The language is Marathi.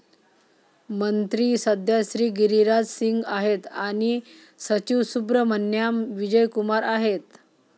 मंत्री सध्या श्री गिरिराज सिंग आहेत आणि सचिव सुब्रहमान्याम विजय कुमार आहेत